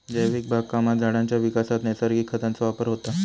जैविक बागकामात झाडांच्या विकासात नैसर्गिक खतांचो वापर होता